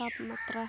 ᱛᱟᱯ ᱢᱟᱛᱨᱟ